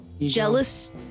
jealous